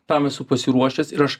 tam esu pasiruošęs ir aš